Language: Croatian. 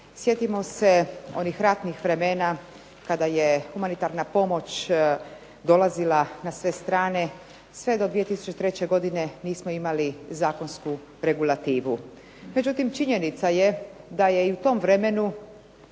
Sjetimo se onih ratnih vremena kada je humanitarna pomoć dolazila na sve strane, sve do 2003. godine nismo imali zakonsku regulativu. Međutim, činjenica je da je i u tom vremenu